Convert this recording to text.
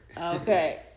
Okay